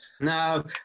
No